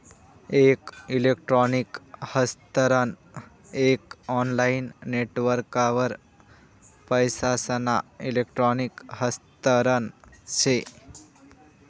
एक इलेक्ट्रॉनिक हस्तांतरण एक ऑनलाईन नेटवर्कवर पैसासना इलेक्ट्रॉनिक हस्तांतरण से